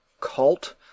cult